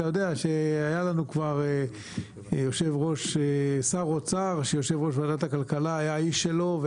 אתה יודע שהיה לנו כבר יושב-ראש ועדת הכלכלה שהיה האיש שלו.